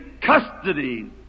custody